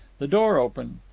the door opened.